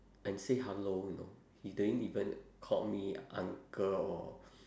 and say hello you know he didn't even called me uncle or